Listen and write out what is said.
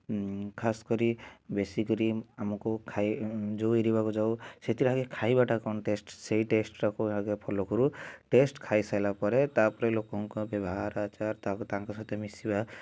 ଖାସ କରି ବେଶି କରି ଆମକୁ ଖାଇ ଯେଉଁ ଏରିବାକୁ ଯାଉ ସେଥିରେ ଆଗେ ଖାଇବାଟା କ'ଣ ଟେଷ୍ଟ ସେଇ ଟେଷ୍ଟଟାକୁ ଆଗେ ଫଲୋ କରୁ ଟେଷ୍ଟ ଖାଇସାରିଲା ପରେ ତା'ପରେ ଲୋକଙ୍କ ବ୍ୟବହାର ଆଚାର ତା'ପରେ ତାଙ୍କ ସହତ ମିଶିବା